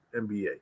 NBA